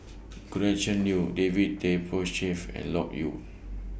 Gretchen Liu David Tay Poey Cher of and Loke Yew